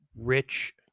...rich